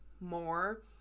more